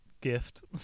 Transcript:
gift